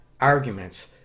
arguments